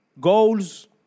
Goals